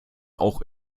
auch